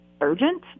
urgent